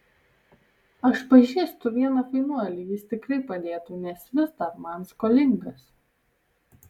aš pažįstu vieną fainuolį jis tikrai padėtų nes vis dar man skolingas